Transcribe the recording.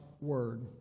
Word